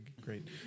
Great